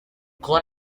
con